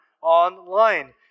online